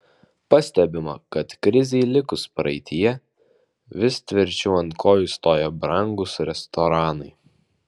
pastebima kad krizei likus praeityje vis tvirčiau ant kojų stoja brangūs restoranai